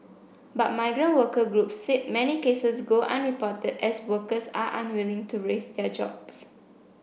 but migrant worker group said many cases go unreported as workers are unwilling to risk their jobs